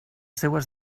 seues